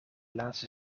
laatste